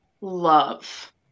love